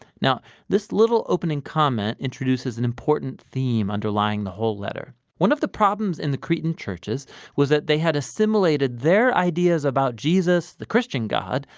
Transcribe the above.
this little opening comment introduces an important theme underlying the whole letter. one of the problems in the cretan churches was that they had assimilated their ideas about jesus, the christian god,